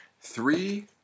Three